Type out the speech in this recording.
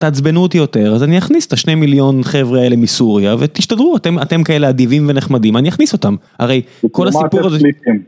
תעצבנו אותי יותר אז אני אכניס את השני מיליון חבר'ה האלה מסוריה ותסתדרו אתם אתם כאלה אדיבים ונחמדים אני אכניס אותם הרי כל הסיפור הזה